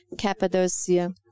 Cappadocia